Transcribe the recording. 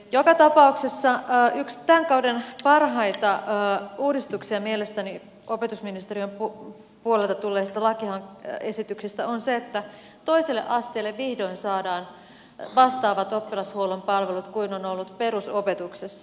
joka tapauksessa yksi tämän kauden parhaita uudistuksia mielestäni opetusministeriön puolelta tulleista lakiesityksistä on se että toiselle asteelle vihdoin saadaan vastaavat oppilashuollon palvelut kuin on ollut perusopetuksessa